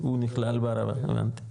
הבנתי, הוא נכלל בערבה, הבנתי.